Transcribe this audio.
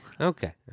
Okay